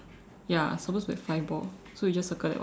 ya supposed to have five ball so you just circle that one